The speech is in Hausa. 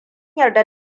yarda